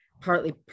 Partly